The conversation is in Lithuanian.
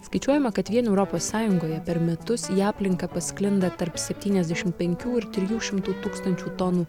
skaičiuojama kad vien europos sąjungoje per metus į aplinką pasklinda tarp septynuasdešimt penkių ir trijų šimtų tūkstančių tonų